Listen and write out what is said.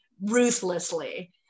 ruthlessly